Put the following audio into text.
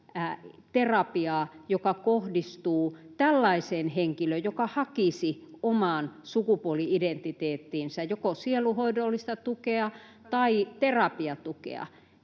terapiaa, joka kohdistuu tällaiseen henkilöön, joka hakisi omaan sukupuoli-identiteettiinsä joko sielunhoidollista tukea tai terapiatukea?